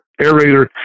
aerator